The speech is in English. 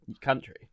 country